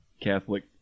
Catholic